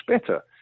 better